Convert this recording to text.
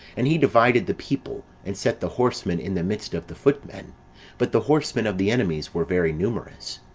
and he divided the people, and set the horsemen in the midst of the footmen but the horsemen of the enemies were very numerous.